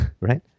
right